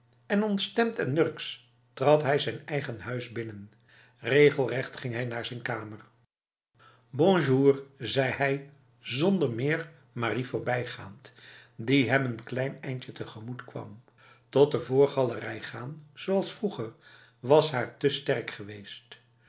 en ontstemd en nurks trad hij zijn eigen huis binnen regelrecht ging hij naar zijn kamer bonjour zei hij zonder meer marie voorbijgaand die hem n klein eindje tegemoetkwam tot de voorgalerij gaan zoals vroeger was haar te sterk geweest